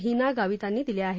हिना गावितांनी दिल्या आहेत